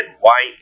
white